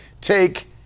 take